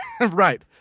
Right